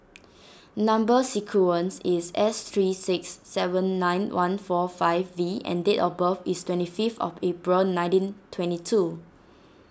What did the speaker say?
Number Sequence is S three six seven nine one four five V and date of birth is twenty fifth of April nineteen twenty two